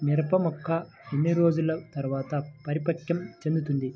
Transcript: మిరప మొక్క ఎన్ని రోజుల తర్వాత పరిపక్వం చెందుతుంది?